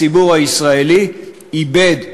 הציבור ישראלי איבד,